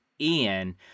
ian